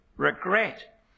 Regret